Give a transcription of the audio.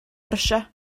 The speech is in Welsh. brysia